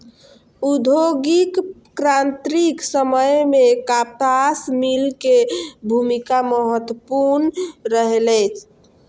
औद्योगिक क्रांतिक समय मे कपास मिल के भूमिका महत्वपूर्ण रहलै